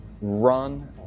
run